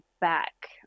back